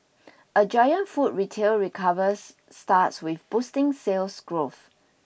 a giant food retail recovers starts with boosting sales growth